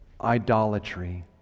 idolatry